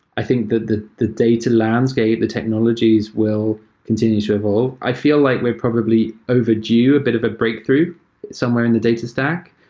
i think that the the data landscape, the technologies will continue to evolve. i feel like we're probably overdue a bit of a breakthrough somewhere in the data stack.